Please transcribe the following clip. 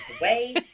away